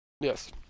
Yes